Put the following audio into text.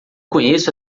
conheço